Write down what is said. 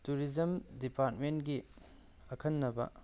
tourism ꯗꯤꯄꯥꯔꯠꯃꯦꯟꯒꯤ ꯑꯈꯟꯅꯕ